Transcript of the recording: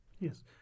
Yes